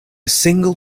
single